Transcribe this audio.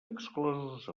exclosos